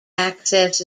access